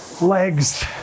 legs